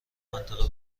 منطقه